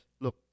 Look